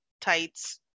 tights